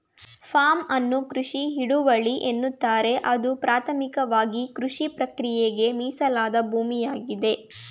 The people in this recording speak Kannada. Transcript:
ಫಾರ್ಮ್ ಅನ್ನು ಕೃಷಿ ಹಿಡುವಳಿ ಎನ್ನುತ್ತಾರೆ ಇದು ಪ್ರಾಥಮಿಕವಾಗಿಕೃಷಿಪ್ರಕ್ರಿಯೆಗೆ ಮೀಸಲಾದ ಭೂಮಿಯಾಗಿದೆ